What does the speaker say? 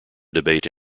debate